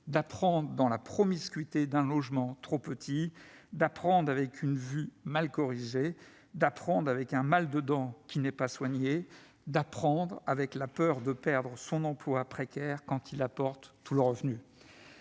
d'apprendre dans la promiscuité d'un logement trop petit, d'apprendre avec une vue mal corrigée, d'apprendre avec un mal de dents non soigné, d'apprendre avec la peur de perdre son emploi précaire quand il apporte tout le revenu.